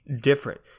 different